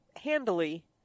handily